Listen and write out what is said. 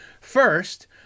First